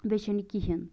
بیٚیہِ چھَنہٕ کِہیٖنٛۍ